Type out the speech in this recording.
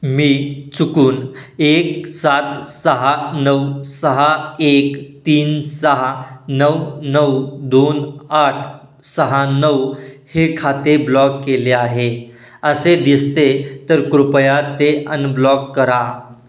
मी चुकून एक सात सहा नऊ सहा एक तीन सहा नऊ नऊ दोन आठ सहा नऊ हे खाते ब्लॉक केले आहे असे दिसते तर कृपया ते अनब्लॉक करा